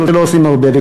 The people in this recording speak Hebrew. שלא עושים הרבה,